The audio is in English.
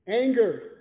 Anger